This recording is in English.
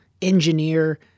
engineer